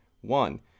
One